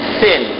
sin